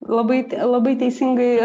labai labai teisingai